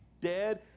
dead